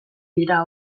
dira